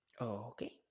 Okay